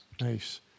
Nice